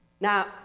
Now